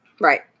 Right